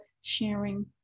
sharing